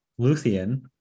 Luthien